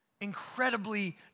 incredibly